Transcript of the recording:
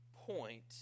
point